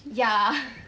ya